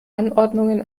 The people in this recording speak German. anordnungen